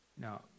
Now